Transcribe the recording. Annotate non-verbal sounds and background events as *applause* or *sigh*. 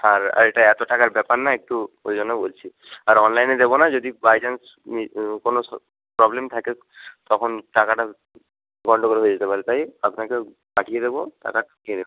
আর আর এটা এত টাকার ব্যাপার না একটু ওই জন্য বলছি আর অনলাইনে দেবো না যদি বাই চান্স *unintelligible* কোনও *unintelligible* প্রবলেম থাকে তখন টাকাটা গণ্ডগোল হয়ে যেতে পারে তাই আপনাকে পাঠিয়ে দেবো টাকাটা নিয়ে *unintelligible*